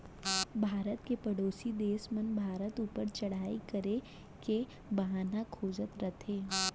भारत के परोसी देस मन भारत ऊपर चढ़ाई करे के बहाना खोजत रथें